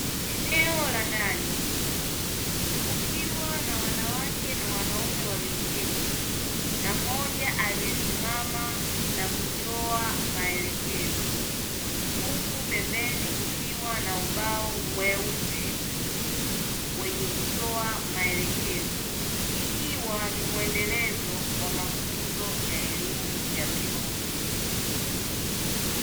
Eneo la ndani kukiwa na wanawake na wanaume walioketi na mmoja aliyesimama na kutoa maelekezo, huku pembeni kukiwa na ubao mweupe wenye kutoa maelekezo, ikiwa ni mwendelezo wa mafunzo ya elimu ya vyuo vikuu.